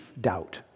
doubt